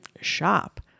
shop